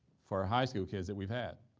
for high school kids that we've had,